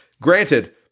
granted